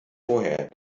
vorher